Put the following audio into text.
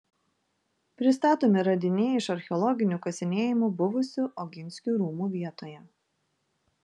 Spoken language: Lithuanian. pristatomi radiniai iš archeologinių kasinėjimų buvusių oginskių rūmų vietoje